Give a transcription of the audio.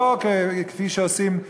לא כפי שעושים,